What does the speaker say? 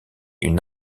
une